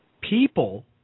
people